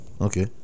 Okay